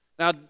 Now